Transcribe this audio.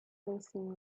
blessing